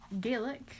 Gaelic